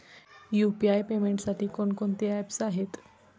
UPI पेमेंटसाठी कोणकोणती apps आहेत?